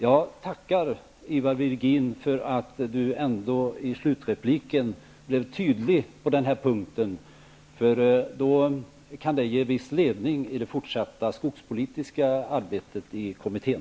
Jag tackar Ivar Virgin för att han ändå till slut blev tydlig på den här punkten, då det kan ge viss ledning i det fortsatta skogspolitiska arbetet i kommittén.